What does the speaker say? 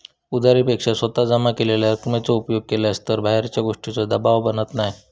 उधारी पेक्षा स्वतः जमा केलेल्या रकमेचो उपयोग केलास तर बाहेरच्या गोष्टींचों दबाव बनत नाय